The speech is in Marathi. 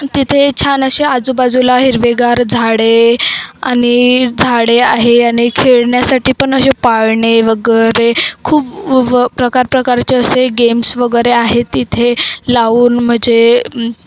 तिथे छान असे आजूबाजूला हिरवेगार झाडे आणि झाडे आहे आणि खेळण्यासाठी पण असे पाळणे वगैरे खूप व प्रकार प्रकारचे असे गेम्स वगैरे आहेत तिथे लावून म्हणजे